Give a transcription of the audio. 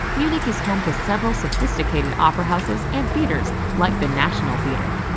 munich is home to several sophisticated opera houses and theaters like the national theatre.